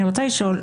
אני רוצה לשאול.